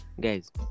Guys